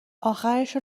آخرشو